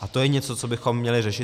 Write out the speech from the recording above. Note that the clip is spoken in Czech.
A to je něco, co bychom měli řešit.